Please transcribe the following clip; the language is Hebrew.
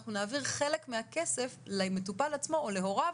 אנחנו נעביר חלק מהכסף למטופל עצמו או להוריו,